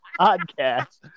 podcast